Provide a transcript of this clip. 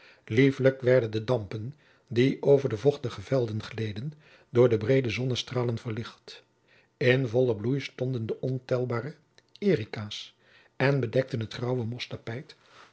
lieflijk werden de dampen die over de vochtige velden gleden door de breede zonnestralen verlicht in vollen bloei stonden de ontelbare ericaas en bedekten het graauwe